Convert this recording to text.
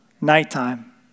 Nighttime